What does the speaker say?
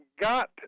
got